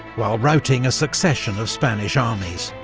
while routing a succession of spanish armies.